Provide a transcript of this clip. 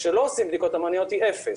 כשלא עושים בדיקות המוניות היא אפס,